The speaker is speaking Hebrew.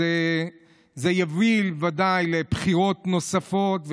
אז זה ודאי יביא לבחירות נוספות.